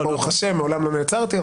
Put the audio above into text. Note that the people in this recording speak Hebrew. ברוך ה' מעולם לא נעצרתי.